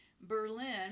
Berlin